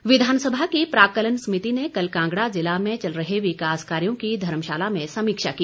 समिति विधानसभा की प्राक्कलन समिति ने कल कांगड़ा जिला में चल रहे विकास कार्यो की धर्मशाला में समीक्षा की